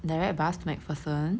direct bus to macpherson